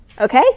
Okay